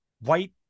white